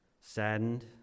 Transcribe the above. Saddened